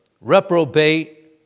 reprobate